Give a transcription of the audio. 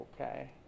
Okay